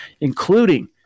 including